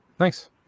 Thanks